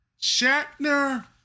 Shatner